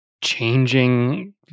changing